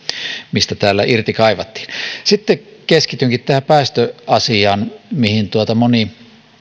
mistä täällä irti kaivattiin sitten keskitynkin tähän päästöasiaan mihin moni